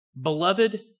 Beloved